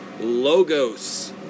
Logos